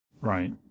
Right